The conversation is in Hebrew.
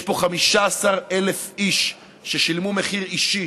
יש פה 15,000 איש ששילמו מחיר אישי